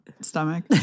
stomach